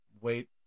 Wait